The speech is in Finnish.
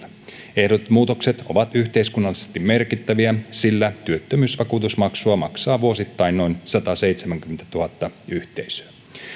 ehdotetut muutokset ovat yhteiskunnallisesti merkittäviä sillä työttömyysvakuutusmaksua maksaa vuosittain noin sataseitsemänkymmentätuhatta yhteisöä